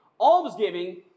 Almsgiving